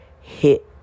hit